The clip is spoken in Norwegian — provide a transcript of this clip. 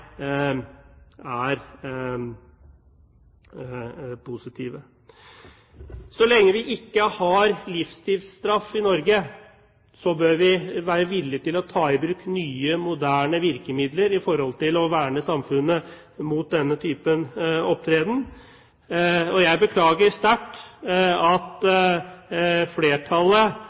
positive. Så lenge vi ikke har livstidsstraff i Norge, bør vi være villige til å ta i bruk nye, moderne virkemidler for å verne samfunnet mot denne typen opptreden. Jeg beklager sterkt at flertallet